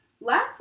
Last